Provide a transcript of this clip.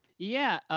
yeah,